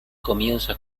comienza